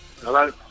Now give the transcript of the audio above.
Hello